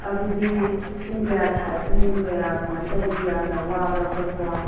ꯑꯗꯨꯗꯤ ꯄꯨꯡ ꯀꯌꯥ ꯊꯥꯏ ꯄꯨꯡ ꯀꯌꯥ ꯀꯃꯥꯏꯅ ꯇꯧꯋꯤ ꯌꯥꯝꯅ ꯋꯥꯕ꯭ꯔꯥ ꯈꯣꯠꯄ꯭ꯔꯥ